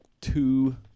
two